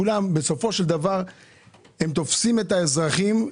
כולם בסופו של דבר תופסים את האזרחים.